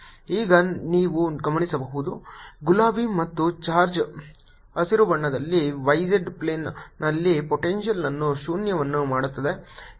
ಈಗ ನೀವು ಗಮನಿಸಬಹುದು ಗುಲಾಬಿ ಮತ್ತು ಚಾರ್ಜ್ ಹಸಿರು ಬಣ್ಣದಲ್ಲಿ y z ಪ್ಲೇನ್ನಲ್ಲಿ ಪೊಟೆಂಶಿಯಲ್ ಅನ್ನು ಶೂನ್ಯವನ್ನು ಮಾಡುತ್ತದೆ